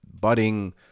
budding